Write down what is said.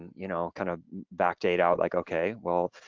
and you know kind of backdate out like okay, well,